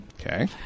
Okay